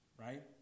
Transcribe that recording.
right